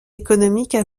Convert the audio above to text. économiques